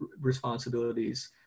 responsibilities